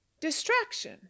distraction